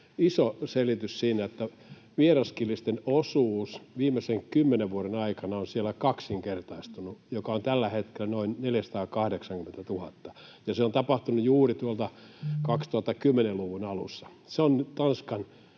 iso selitys sillä, että vieraskielisten osuus viimeisen kymmenen vuoden aikana on siellä kaksinkertaistunut — se on tällä hetkellä noin 480 000, ja se on tapahtunut juuri tuolla 2010-luvun alussa. Se on Tanskan